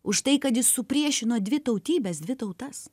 už tai kad jis supriešino dvi tautybes dvi tautas